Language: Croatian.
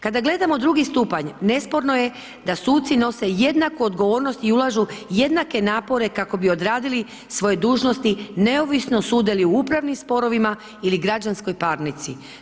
Kada gledamo drugi stupanj, nesporno je da suci nose jednaku odgovornost i ulaže jednake napore kako bi odradili svoje dužnosti neovisno sude li u upravnim sporovima ili građanskoj parnici.